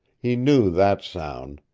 he knew that sound.